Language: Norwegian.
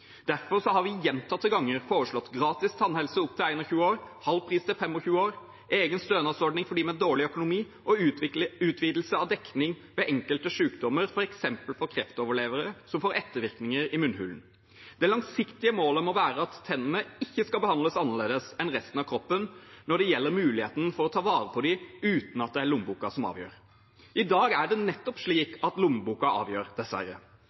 har vi gjentatte ganger foreslått gratis tannhelse, opp til 21 år, halv pris til 25 år, egen stønadsordning for dem med dårlig økonomi og utvidelse av dekning ved enkelte sykdommer, f.eks. for kreftoverlevere, som gir ettervirkninger i munnhulen. Det langsiktige målet må være at tennene ikke skal behandles annerledes enn resten av kroppen når det gjelder muligheten for å ta vare på dem uten at det er lommeboken som avgjør. I dag er det nettopp slik at lommeboken avgjør, dessverre.